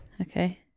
Okay